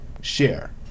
share